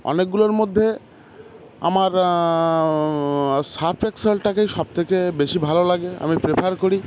অনেকগুলোর মধ্যে আমার সার্ফ এক্সেলটাকেই সব থেকে বেশি ভালো লাগে আমি প্রেফার করি